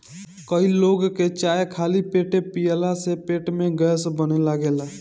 कई लोग के चाय खाली पेटे पियला से पेट में गैस बने लागेला